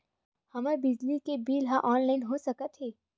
हमर बिजली के बिल ह ऑनलाइन हो सकत हे?